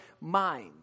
mind